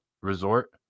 Resort